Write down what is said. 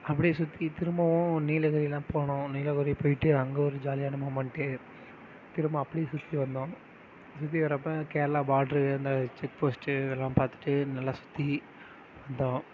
அப்படியே சுற்றி திரும்பவும் நீலகிரிலாம் போனோம் நீலகிரி போயிட்டு அங்கே ஒரு ஜாலியான மூமெண்ட்டு திரும்ப அப்படியே சுற்றி வந்தோம் திருப்பி வரப்போ கேரளா பார்ட்ரு இந்த செக் போஸ்ட்டு இதெல்லாம் பார்த்துட்டு நல்லா சுற்றி வந்தோம்